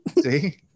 See